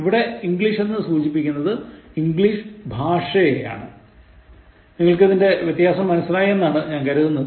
ഇവിടെ English എന്നത് സൂചിപ്പിക്കുന്നത് ഇംഗ്ലീഷ് ഭാഷയെയാണ് നിങ്ങക്ക് ഇതിൻറെ വ്യത്യാസം മനസിലായി എന്നാണ് ഞാൻ കരുതുന്നത്